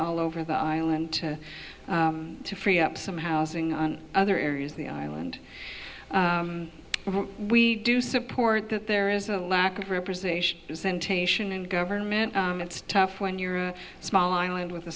all over the island to free up some housing and other areas the island we do support that there is a lack of representation and government it's tough when you're a small island with a